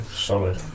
solid